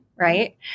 right